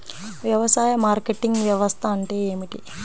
వ్యవసాయ మార్కెటింగ్ వ్యవస్థ అంటే ఏమిటి?